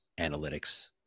analytics